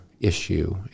issue